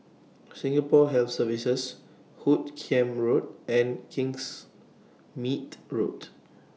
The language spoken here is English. Singapore Health Services Hoot Kiam Road and Kingsmead Road